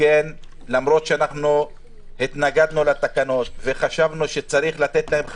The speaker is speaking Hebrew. למרות שהתנגדנו לתקנות וחשבנו שצריך לתת להם חמצן.